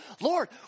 Lord